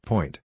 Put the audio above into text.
Point